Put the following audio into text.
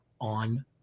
on